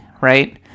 right